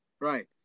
Right